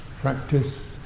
practice